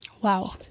Wow